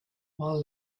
while